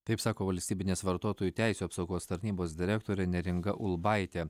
taip sako valstybinės vartotojų teisių apsaugos tarnybos direktorė neringa ulbaitė